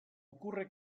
ocurre